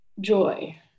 joy